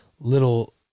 little